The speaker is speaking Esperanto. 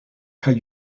kaj